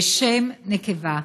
בשם נקבה.